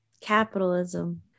Capitalism